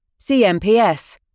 CMPS